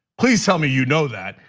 please tell me you know that.